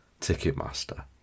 Ticketmaster